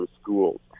schools